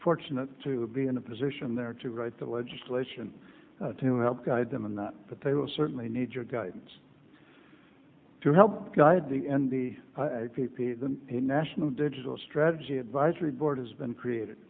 fortunate to be in a position there to write the legislation to help guide them and not that they will certainly need your guidance to help guide the end the p p a than a national digital strategy advisory board has been created